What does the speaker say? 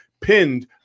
pinned